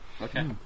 Okay